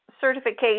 Certification